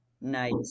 Nice